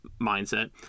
mindset